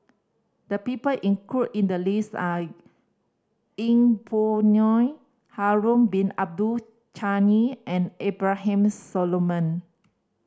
the people include in the list are Yeng Pway Ngon Harun Bin Abdul Ghani and Abraham Solomon